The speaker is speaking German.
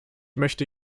möchte